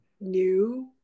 new